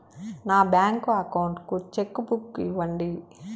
నా bank account కు cheque book ఇవ్వండి